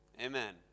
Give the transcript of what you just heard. Amen